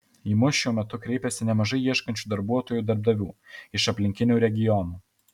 į mus šiuo metu kreipiasi nemažai ieškančių darbuotojų darbdavių iš aplinkinių regionų